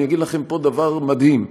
אני אגיד לכם פה דבר מדהים: